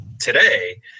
today